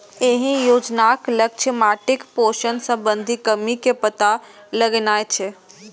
एहि योजनाक लक्ष्य माटिक पोषण संबंधी कमी के पता लगेनाय छै